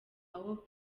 aho